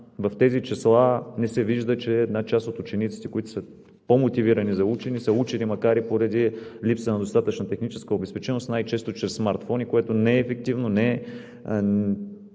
в тези числа не се вижда, че една част от учениците, които са по-мотивирани за учене, са учили макар и поради липса на достатъчна техническа обезпеченост най-често чрез смартфони, което не е ефективно – не е